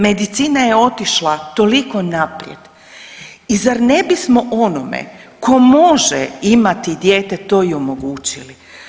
Medicina je otišla toliko naprijed i zar ne bismo onome tko može imati dijete to i omogućili.